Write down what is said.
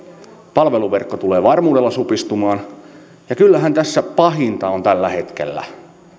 palveluverkko tulee varmuudella supistumaan ja kyllähän tässä pahinta on tällä hetkellä